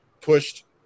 pushed